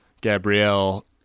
Gabrielle